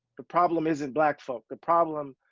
the problem isn't black folk, the problem